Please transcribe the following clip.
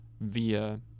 via